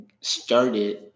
started